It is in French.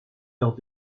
lors